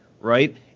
right